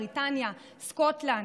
בריטניה וסקוטלנד.